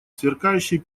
сверкающий